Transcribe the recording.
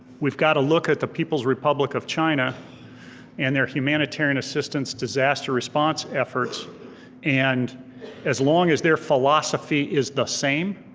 we've gotta look at the people's republic of china and their humanitarian assistance disaster response efforts and as long as their philosophy is the same